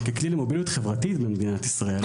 ככלי למוביליות חברתית במדינת ישראל,